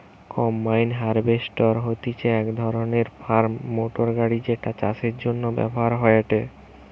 combine harvester হতিছে এক ধরণের ফার্ম মোটর গাড়ি যেটা চাষের জন্য ব্যবহার হয়েটে